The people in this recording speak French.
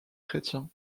chrétien